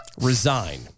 resign